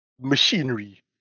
machinery